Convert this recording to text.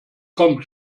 komm